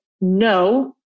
no